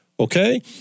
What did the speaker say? Okay